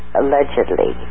allegedly